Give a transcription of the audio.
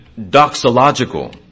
doxological